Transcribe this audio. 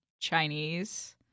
Chinese